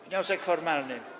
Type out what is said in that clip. Wniosek formalny.